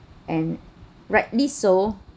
and rightly so